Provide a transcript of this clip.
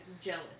jealous